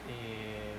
eh